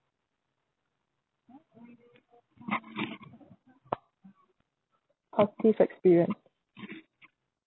positive experience